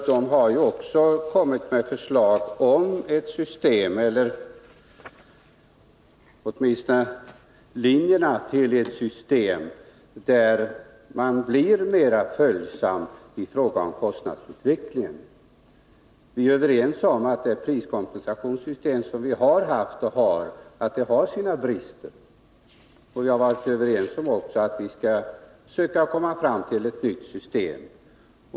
Den har kommit med ett förslag om ett system eller åtminstone om linjerna för ett system, där man blir mera följsam i fråga om kostnadsutvecklingen. Vi är överens om att det priskompensationssystem som vi har haft och har i dag har sina brister. Vi har varit överens också om att vi skall söka komma fram till ett nytt system.